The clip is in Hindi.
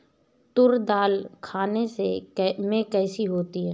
तूर दाल खाने में कैसी होती है?